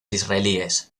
israelíes